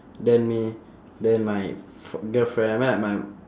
then me then my f~ girlfriend I mean like my